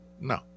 No